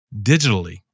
digitally